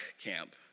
camp